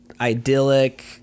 idyllic